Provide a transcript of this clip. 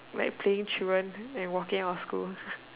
like playing truant and walking out of school